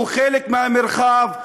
הוא חלק מהמרחב,